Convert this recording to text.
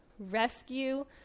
rescue